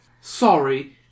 Sorry